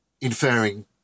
inferring